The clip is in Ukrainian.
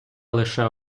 лише